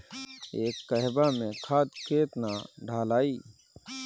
एक कहवा मे खाद केतना ढालाई?